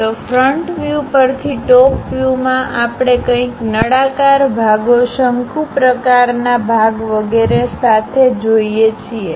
તો front view પરથી top વ્યૂમાં આપણે કંઇક નળાકાર ભાગો શંકુ પ્રકારના ભાગ વગેરે સાથે જોઇએ છીએ